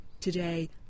Today